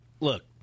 look